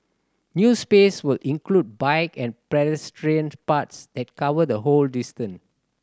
new space will include bike and pedestrian paths that cover the whole distance